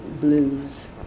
blues